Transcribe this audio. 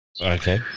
okay